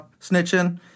snitching